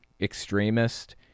extremist